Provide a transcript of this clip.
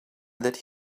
that